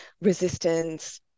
resistance